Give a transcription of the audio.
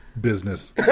business